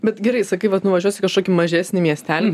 bet gerai sakai vat nuvažiuosi į kažkokį mažesnį miestelį